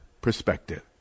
perspective